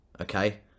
Okay